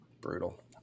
Brutal